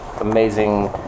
amazing